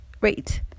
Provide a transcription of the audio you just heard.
Wait